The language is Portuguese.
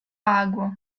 água